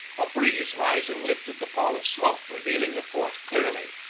a breeze rising lifted the pall of smoke, revealing the fort clearly,